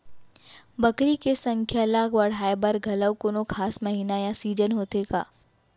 बकरी के संख्या ला बढ़ाए बर घलव कोनो खास महीना या सीजन होथे का?